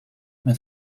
met